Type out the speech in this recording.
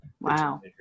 Wow